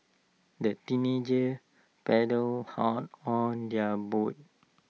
the teenagers paddled hard on their boat